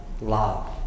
love